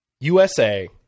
USA